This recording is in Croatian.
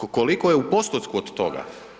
Pa koliko je u postotku od toga?